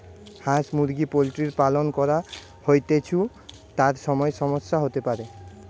হাঁস মুরগি পোল্ট্রির পালন করা হৈতেছু, তার সময় সমস্যা হতে পারে